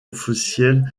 officielle